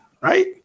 right